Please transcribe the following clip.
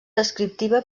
descriptiva